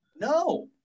No